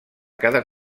cada